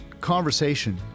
conversation